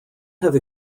have